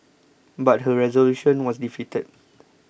but her resolution was defeated